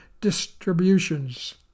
distributions